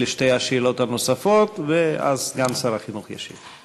אלה שתי השאלות הנוספות, ואז סגן שר החינוך ישיב.